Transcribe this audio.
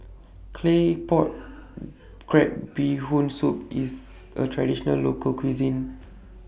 Claypot Crab Bee Hoon Soup IS A Traditional Local Cuisine